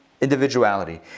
individuality